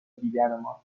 دیگرمان